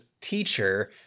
teacher